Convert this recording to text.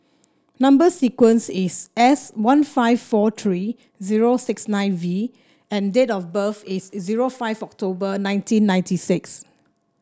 number sequence is S one five four three zero six nine V and date of birth is zero five October nineteen ninety six